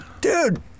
dude